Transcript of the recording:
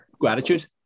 gratitude